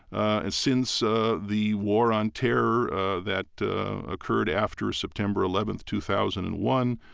and since ah the war on terror that occurred after september eleventh, two thousand and one,